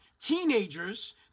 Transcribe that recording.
teenagers